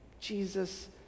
Jesus